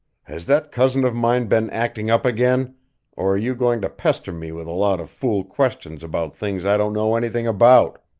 has that cousin of mine been acting up again, or are you going to pester me with a lot of fool questions about things i don't know anything about?